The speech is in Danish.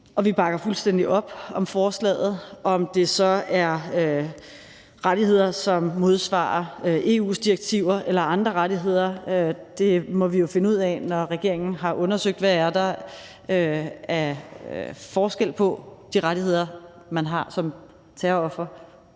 vi bakker fuldstændig op om forslaget. Om det så er rettigheder, som modsvarer EU's direktiver, eller andre rettigheder, må vi jo finde ud af, når regeringen har undersøgt, hvad der er af forskel på de rettigheder, man har som terroroffer